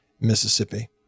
Mississippi